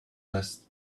vest